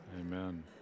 Amen